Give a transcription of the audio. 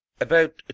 About